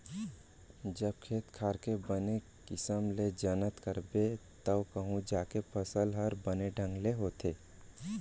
जब खेत खार के बने किसम ले जनत करबे तव कहूं जाके फसल हर बने ढंग ले होथे